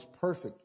perfect